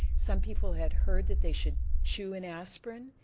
some people had heard that they should chew an aspirin,